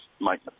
Mike